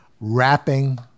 wrapping